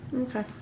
Okay